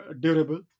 durable